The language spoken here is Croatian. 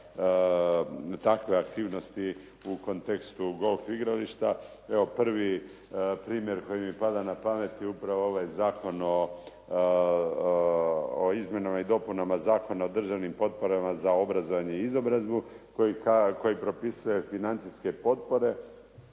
takve aktivnosti u kontekstu golf igrališta. Evo prvi primjer koji mi pada na pamet je upravo ovaj Zakon o izmjenama i dopunama Zakona o državnim potporama za obrazovanje i izobrazbu koji propisuje financijske potpore